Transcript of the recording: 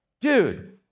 dude